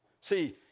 See